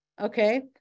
okay